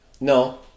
No